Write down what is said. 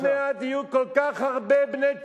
עוד מעט יהיו כל כך הרבה בני תורה,